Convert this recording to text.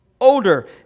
older